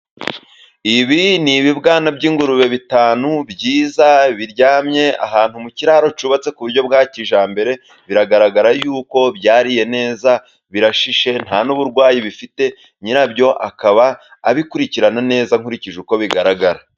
Ibi ni ibibwana by'ingurube bitanu byiza, biryamye ahantu mu kiraro cyubatse ku buryo bwa kijyambere. Biragaragara y'uko byariye neza, birashishe, nta n'uburwayi bifite, nyirabyo akaba abikurikirana neza nkurikije uko bigaragara.